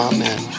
Amen